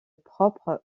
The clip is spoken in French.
propre